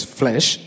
flesh